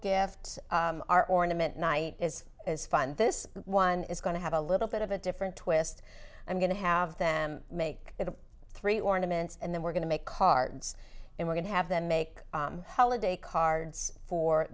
gifts are ornament night is is fine this one is going to have a little bit of a different twist i'm going to have them make the three ornaments and then we're going to make cards and we're going to have them make holiday cards for